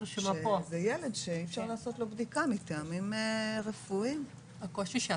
שזה ילד שמטעמים רפואיים אי פשר לעשות לו בדיקה.